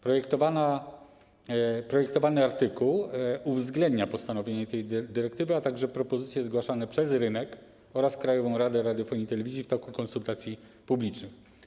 Projektowany artykuł uwzględnia postanowienie tej dyrektywy, a także propozycje zgłaszane przez rynek oraz Krajową Radę Radiofonii i Telewizji w toku konsultacji publicznych.